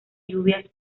lluvias